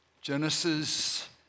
Genesis